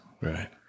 Right